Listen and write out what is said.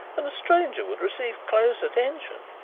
and a stranger would receive close attention.